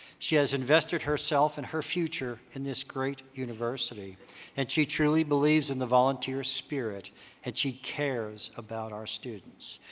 she has invested herself and her future in this great university and she truly believes in the volunteer spirit and she cares about our students.